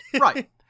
Right